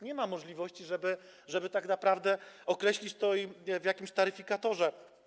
Nie ma możliwości, żeby tak naprawdę określić to w jakimś taryfikatorze.